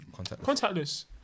contactless